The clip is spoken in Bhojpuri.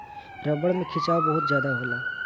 रबड़ में खिंचाव बहुत ज्यादा होला